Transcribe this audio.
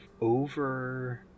over